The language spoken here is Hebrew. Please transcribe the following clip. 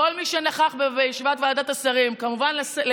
לכל מי שנכח בישיבת ועדת השרים,